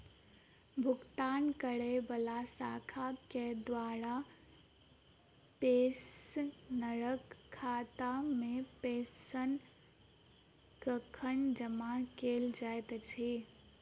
भुगतान करै वला शाखा केँ द्वारा पेंशनरक खातामे पेंशन कखन जमा कैल जाइत अछि